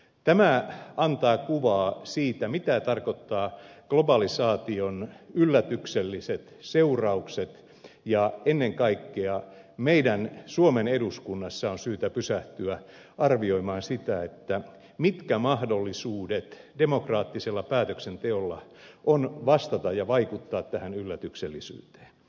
tämä antaa kuvaa siitä mitä tarkoittavat globalisaation yllätykselliset seuraukset ja ennen kaikkea meidän suomen eduskunnassa on syytä pysähtyä arvioimaan sitä mitkä mahdollisuudet demokraattisella päätöksenteolla on vastata ja vaikuttaa tähän yllätyksellisyyteen